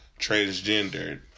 transgendered